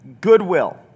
goodwill